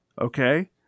Okay